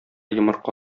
йомырка